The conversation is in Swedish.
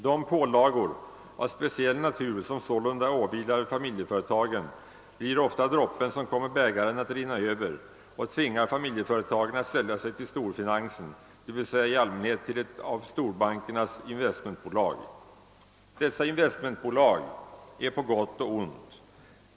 De pålagor av speciell natur som sålunda åvilar familjeföretagen blir ofta droppen som kommer bägaren att rinna över och tvingar familjeföretag att sälja sig till storfinansen, d.v.s. i allmänhet till ett av storbankernas investmentbolag. Dessa investmentbolag är på gott och ont.